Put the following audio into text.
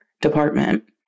department